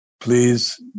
please